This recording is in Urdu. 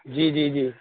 جی جی جی